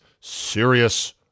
serious